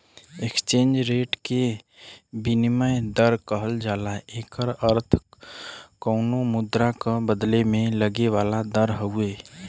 exchange rate के विनिमय दर कहल जाला एकर अर्थ कउनो मुद्रा क बदले में लगे वाला दर हउवे